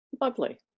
lovely